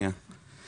רק רגע.